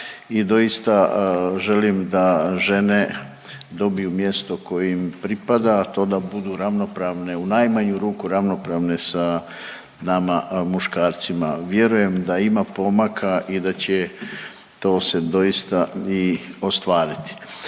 i doista želim da žene dobiju mjesto koje im pripada, a to da budu ravnopravne, u najmanju ruku ravnopravne sa nama muškarcima. Vjerujem da ima pomaka i da će to se doista i ostvariti.